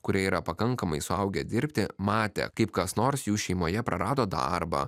kurie yra pakankamai suaugę dirbti matė kaip kas nors jų šeimoje prarado darbą